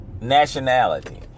nationality